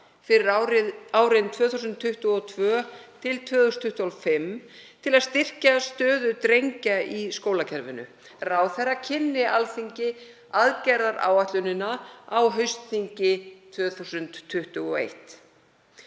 fyrir árin 2022–2025, til að styrkja stöðu drengja í skólakerfinu. Ráðherra kynni Alþingi aðgerðaáætlunina á haustþingi 2021.“